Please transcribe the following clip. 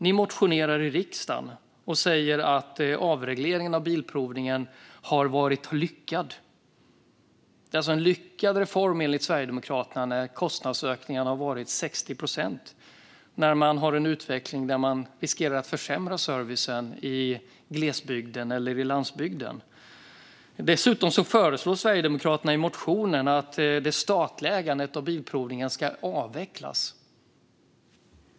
Ni motionerar i riksdagen och säger att avregleringen av bilprovningen har varit lyckad. Enligt Sverigedemokraterna är det alltså en lyckad reform när kostnadsökningarna har varit 60 procent och när utvecklingen riskerar att försämra servicen i glesbygden eller på landsbygden. Dessutom föreslår Sverigedemokraterna i motionen att det statliga ägandet av Bilprovningen ska avvecklas.